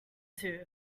too